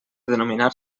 denominar